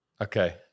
Okay